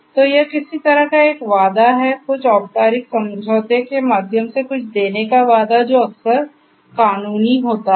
तो यह किसी तरह का एक वादा है कुछ औपचारिक समझौते के माध्यम से कुछ देने का वादा जो अक्सर प्कानूनी होता है